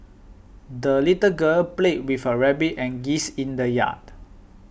the little girl played with her rabbit and geese in the yard